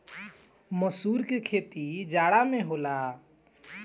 मसूर के खेती जाड़ा में होला